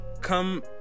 come